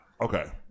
okay